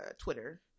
Twitter